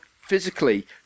physically